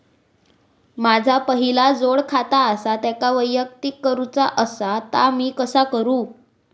माझा पहिला जोडखाता आसा त्याका वैयक्तिक करूचा असा ता मी कसा करू?